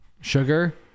sugar